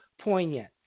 poignant